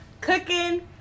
cooking